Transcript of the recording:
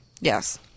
Yes